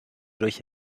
durch